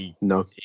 No